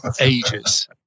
ages